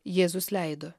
jėzus leido